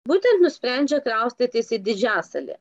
būtent nusprendžia kraustytis į didžiasalį